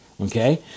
okay